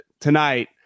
Tonight